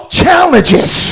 challenges